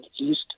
East